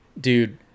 dude